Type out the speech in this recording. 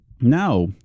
now